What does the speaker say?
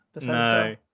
No